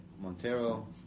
Montero